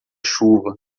chuva